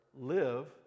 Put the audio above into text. live